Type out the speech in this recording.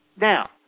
Now